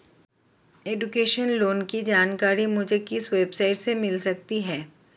Education loan की जानकारी मुझे किस वेबसाइट से मिल सकती है?